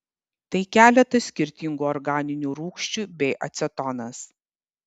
tai keletas skirtingų organinių rūgščių bei acetonas